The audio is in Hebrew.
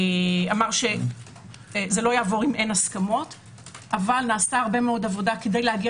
אמר שזה לא יעבור אם אין הסכמות אבל נעשתה הרבה מאוד עבודה כדי להגיע